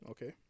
Okay